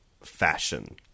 fashion